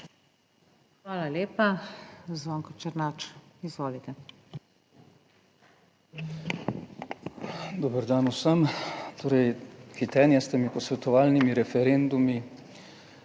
Hvala lepa. Zvonko Černač, izvolite.